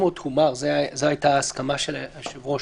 הומר, זאת הייתה ההסכמה של היושב-ראש,